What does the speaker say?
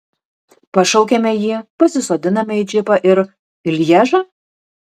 pašaukiame jį pasisodiname į džipą ir į lježą